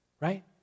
right